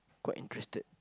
got interested